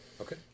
Okay